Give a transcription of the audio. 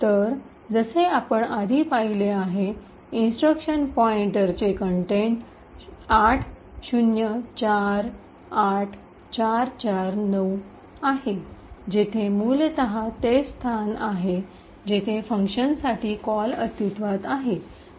तर जसे आपण आधी पाहिले आहे इंस्ट्रक्शन पॉईन्टरचे कंटेंट 8048449 आहे जेथे मूलतः तेच स्थान आहे जेथे फंक्शनसाठी कॉल अस्तित्वात आहे